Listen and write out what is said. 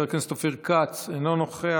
חבר הכנסת אופיר כץ, אינו נוכח,